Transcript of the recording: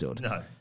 No